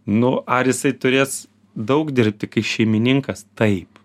nu ar jisai turės daug dirbti kai šeimininkas taip